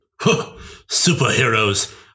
Superheroes